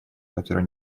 которые